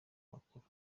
makuru